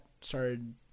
started